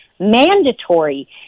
mandatory